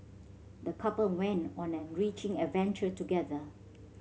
the couple went on an enriching adventure together